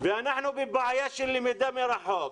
ואנחנו בבעיה של למידה מרחוק.